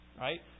right